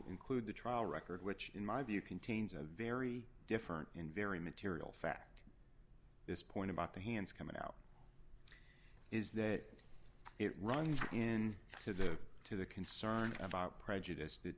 include the trial record which in my view contains a very different in very material fact this point about the hands coming out is that it runs in to the to the concern about prejudice that